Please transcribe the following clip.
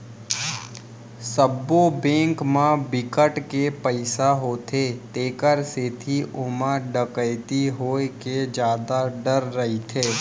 सबो बेंक म बिकट के पइसा होथे तेखर सेती ओमा डकैती होए के जादा डर रहिथे